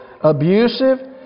abusive